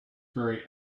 very